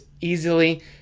easily